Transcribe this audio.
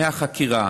מהחקירה.